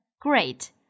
Great